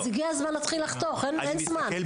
אז הגיע הזמן להתחיל לחתוך אין זמן.